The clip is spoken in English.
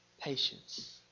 patience